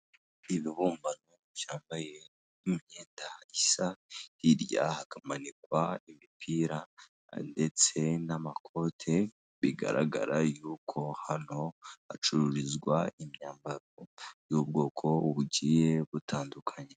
Ibibumbano byambaye imyenda isa, hirya hakamanikwa imipira, ndetse n'amakote, bigaragara yuko hano hacururizwa imyambaro y'ubwoko bugiye butandukanye.